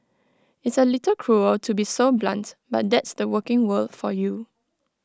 it's A little cruel to be so blunt but that's the working world for you